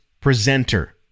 presenter